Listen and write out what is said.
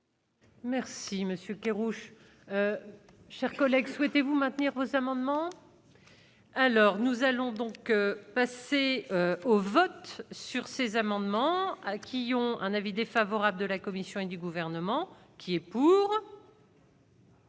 monsieur Kerrouche. Chers collègues, souhaitez-vous maintenir vos amendements. Alors, nous allons donc passer au vote sur ces amendements qui ont un avis défavorable de la Commission et du gouvernement qui est pour.